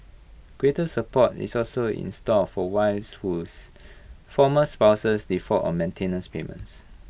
greater support is also in store for wives whose former spouses default on maintenance payments